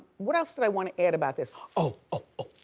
what else did i wanna add about this? oh oh oh,